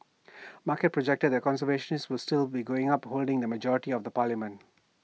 markets projected that conservatives was still be going up holding the majority of the parliament